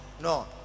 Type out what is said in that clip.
no